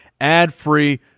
ad-free